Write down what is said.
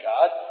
God